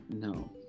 No